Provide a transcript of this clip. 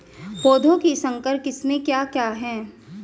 पौधों की संकर किस्में क्या क्या हैं?